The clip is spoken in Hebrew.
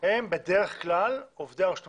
הם בדרך כלל עובדי הרשות המקומית.